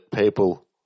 people